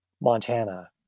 Montana